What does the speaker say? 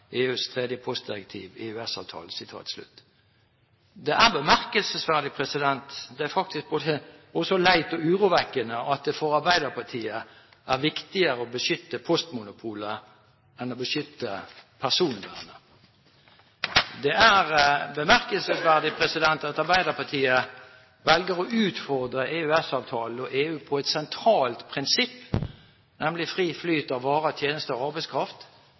Det er bemerkelsesverdig. Det er faktisk også både leit og urovekkende at det for Arbeiderpartiet er viktigere å beskytte postmonopolet enn å beskytte personvernet. Det er bemerkelsesverdig at Arbeiderpartiet velger å utfordre EØS-avtalen og EU på et sentralt prinsipp, nemlig fri flyt av varer, tjenester og arbeidskraft,